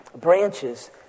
branches